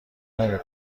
نمی